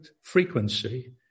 frequency